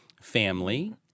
family